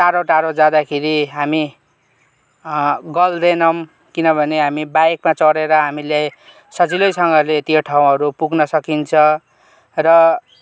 टाढो टाढो जाँदाखेरि हामी गल्दैनौँ किनभने हामी बाइकमा चढेर हामीले सजिलैसँगले त्यो ठाउँहरू पुग्न सकिन्छ र